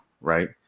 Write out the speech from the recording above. right